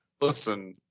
Listen